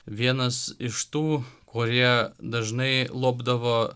vienas iš tų kurie dažnai lobdavo